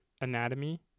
anatomy